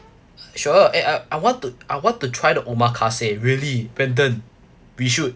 sure eh I want to I want to try to the omakase really brandon we should